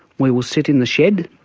we will sit in the shed,